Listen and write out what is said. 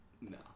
No